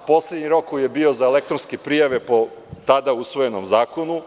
Poslednji rok koji je bio za elektronske prijave, po tada usvojenom zakonu